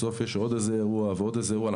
בסוף יש עוד איזה אירוע ועוד איזה אירוע,